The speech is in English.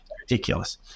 ridiculous